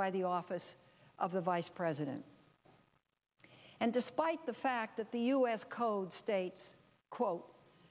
by the office of the vice president and despite the fact that the us code states quote